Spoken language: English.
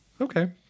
Okay